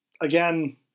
again